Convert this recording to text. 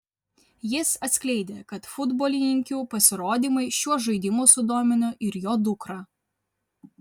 jis atskleidė kad futbolininkių pasirodymai šiuo žaidimu sudomino ir jo dukrą